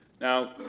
Now